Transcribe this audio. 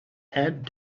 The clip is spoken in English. add